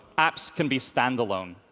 apps can be stand-alone.